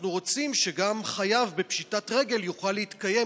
אנחנו רוצים שגם חייב בפשיטת רגל יוכל להתקיים,